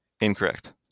Incorrect